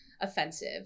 offensive